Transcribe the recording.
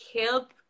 help